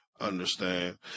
Understand